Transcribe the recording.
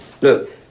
Look